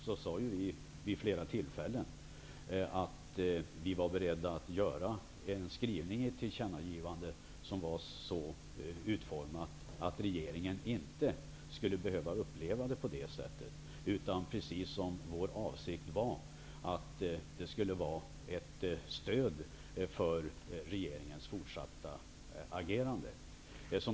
Vår avsikt var att tillkännagivandet skulle fungera som ett fortsatt stöd för regeringens fortsatta agerande.